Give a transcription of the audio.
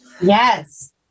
Yes